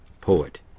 poet